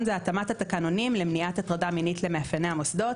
התאמת תקנונים למניעת הטרדה מינית למאפייני המוסדות.